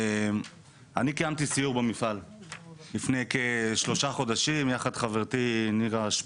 אני קיימתי סיור במפעל לפני כשלושה חודשים יחד עם חברתי נירה שפק,